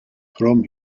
from